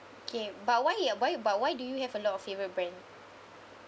okay but why you are why but why do you have a lot of favourite brand